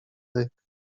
ryk